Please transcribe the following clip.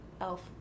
Elf